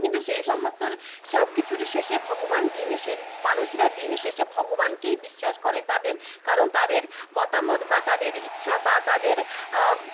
কিন্তু সেই সমস্তর সব কিছুর শেষে ভগবান দিন শেষে মানুষরা দিন শেষে ভগবানকেই বিশ্বাস করেন তাদের কারণ তাদের মতামত বা তাদের ইচ্ছা বা তাদের